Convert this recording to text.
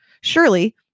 surely